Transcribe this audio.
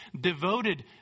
devoted